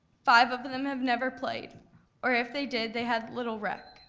five of them have never played or, if they did, they had little rec.